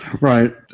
Right